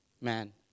man